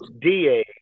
DA